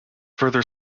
further